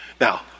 Now